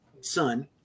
son